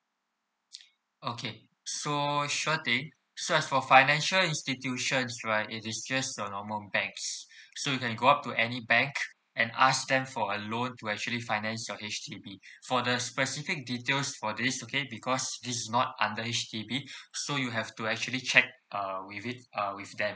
okay so sure thing so as for financial institutions right it is just your normal banks so you can go up to any bank and ask them for a loan to actually finance your H_D_B for the specific details for this okay because this is not under H_D_B so you have to actually check uh with it uh with them